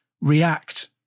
react